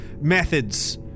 methods